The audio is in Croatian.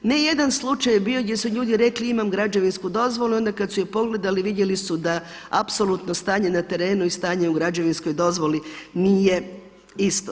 Ne jedan slučaj je bio gdje su ljudi rekli imam građevinsku dozvolu i onda kada su je pogledali vidjeli su da apsolutno stanje na terenu i stanje u građevinskoj dozvoli nije isto.